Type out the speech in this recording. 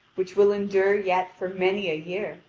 which will endure yet for many a year,